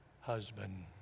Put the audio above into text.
husband